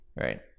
Right